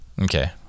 Okay